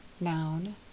Noun